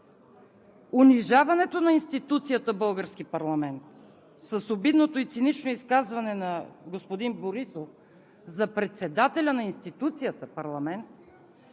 унижаването на институцията български парламент с обидното и цинично изказване на господин Борисов за председателя на институцията парламент,